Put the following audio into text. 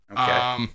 Okay